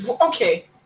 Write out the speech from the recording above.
okay